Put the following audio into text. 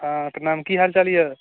हँ प्रणाम की हालचाल यऽ